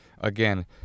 Again